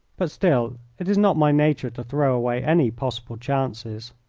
but still it is not my nature to throw away any possible chances.